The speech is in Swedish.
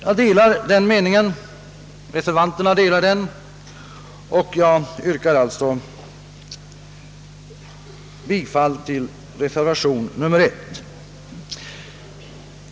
Jag har samma uppfattning som reservanterna, varför jag yrkar bifall till reservation A 1.